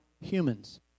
humans